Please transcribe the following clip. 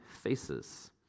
faces